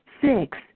Six